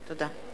תודה.